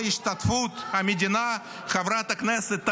השתתפות המדינה -- והפזורה הבדואית?